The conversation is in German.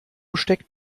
steckt